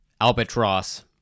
albatross